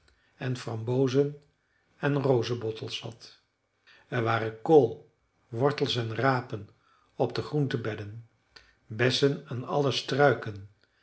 en frambozen en rozebottels zat er waren kool wortels en rapen op de groentebedden bessen aan alle struiken